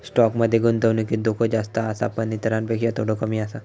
stock मध्ये गुंतवणुकीत धोको जास्त आसा पण इतरांपेक्षा थोडो कमी आसा